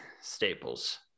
Staples